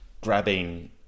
grabbing